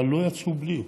אבל לא יצאו בלי,